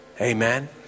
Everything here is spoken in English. Amen